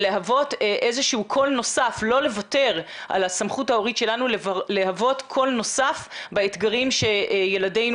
לא לוותר על הסמכות ההורית שלנו להוות קול נוסף באתגרים שילדינו